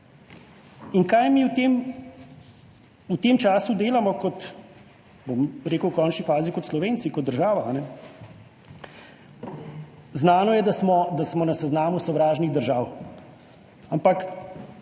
mi v tem, v tem času delamo, kot bom rekel v končni fazi kot Slovenci, kot država, ne. Znano je, da smo, da smo na seznamu sovražnih držav, ampak